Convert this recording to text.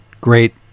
great